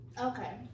Okay